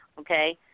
Okay